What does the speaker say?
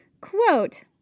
Quote